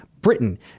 Britain